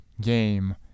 game